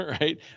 right